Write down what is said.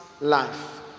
life